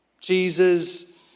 Jesus